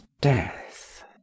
death